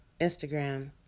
Instagram